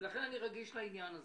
אני רגיש לעניין הזה.